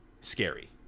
scary